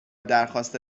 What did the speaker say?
درخواست